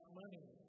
money